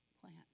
plant